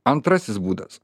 antrasis būdas